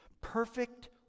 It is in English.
Perfect